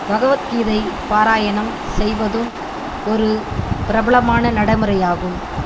பகவத்கீதை பாராயணம் செய்வதும் ஒரு பிரபலமான நடைமுறையாகும்